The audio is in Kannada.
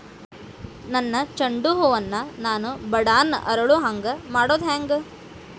ನನ್ನ ಚಂಡ ಹೂ ಅನ್ನ ನಾನು ಬಡಾನ್ ಅರಳು ಹಾಂಗ ಮಾಡೋದು ಹ್ಯಾಂಗ್?